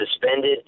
suspended